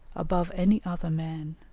above any other men,